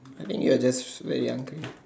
I think you are just very hungry